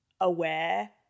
aware